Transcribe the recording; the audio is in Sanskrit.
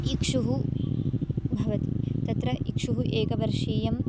इक्षुः भवति तत्र इक्षुः एकवर्षीयं